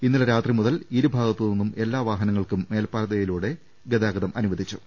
ഇന്നലെ രാത്രി മുതൽ ഇരു ഭാഗത്തുനിന്നും എല്ലാ വാഹനങ്ങൾക്കും മേൽപാതയിലൂടെ ഗതാഗതം അനുവദിച്ചു